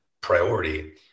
priority